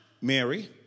Mary